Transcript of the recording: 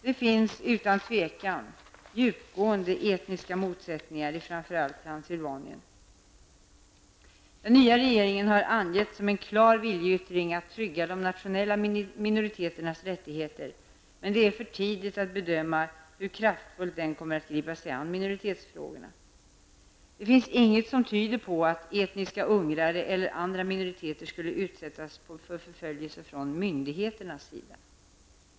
Det finns utan tvivel djupgående etniska motsättningar i framför allt Transsylvanien. Den nya regeringen har angett som en klar viljeyttring att trygga de nationella minoriteternas rättigheter, men det är för tidigt att bedöma hur kraftfullt den kommer att gripa sig an minoritetsfrågorna. Det finns inget som tyder på att etniska ungrare eller andra minoriteter skulle utsättas för förföljelser från myndigheternas sida.